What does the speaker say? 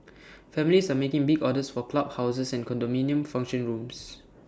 families are making big orders for club houses and condominium function rooms